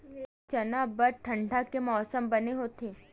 का चना बर ठंडा के मौसम बने होथे?